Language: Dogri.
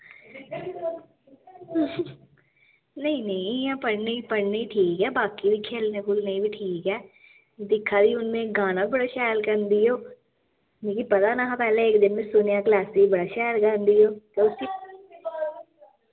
नेईं नेईं इ'यां पढ़ने ई पढ़ने ई ठीक ऐ बाकी बी खेलने खुलने बी ठीक ऐ दिक्खा दी हून में गाना बी बड़ा शैल गांदी ओह् मिगी पता नेहा पैह्ले इक दिन में सुनेआ क्लासै च बड़ा शैल गांदी ओह् ते उसी